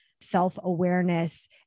self-awareness